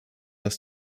dass